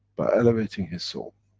by elevating his soul,